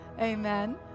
amen